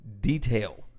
detail